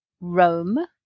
Rome